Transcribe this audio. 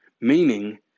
Meaning